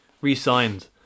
re-signed